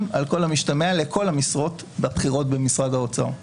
על כל המשתמע לכל המשרות הבכירות במשרד האוצר.